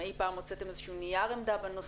האם אי פעם הוצאתם איזה שהוא נייר עמדה בנושא,